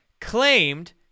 claimed